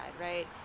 right